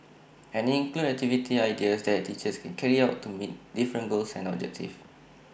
and IT includes activity ideas that teachers can carry out to meet different goals and objectives